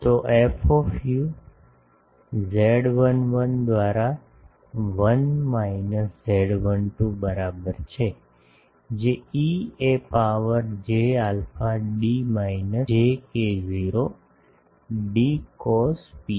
તો F Z11 દ્વારા 1 minus Z12 બરાબર છે જે e એ power j alpha d minus j k0 d cos psi